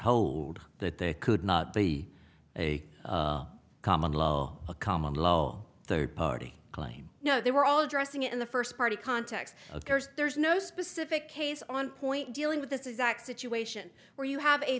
hold that they could not be a common law a common law third party claim no they were all addressing it in the first party context there's no specific case on point dealing with this exact situation where you have a